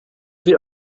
wie